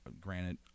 granted